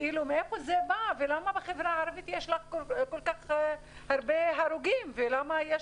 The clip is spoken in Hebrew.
מאיפה זה בא ולמה בחברה הערבית יש כך כל הרבה הרוגים ולמה יש